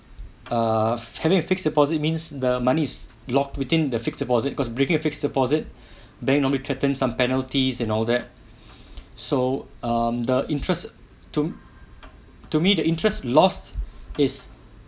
err having a fixed deposit means the money is locked within the fixed deposit because breaking a fixed deposit bank normally threatened some penalties and all that so um the interest to to me the interest loss is